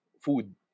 food